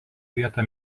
vietą